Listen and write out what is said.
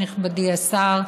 נכבדי השר,